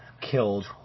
killed